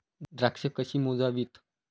द्राक्षे कशी मोजावीत?